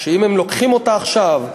שאם הם לוקחים אותה עכשיו,